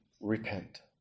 repent